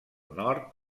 nord